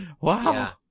wow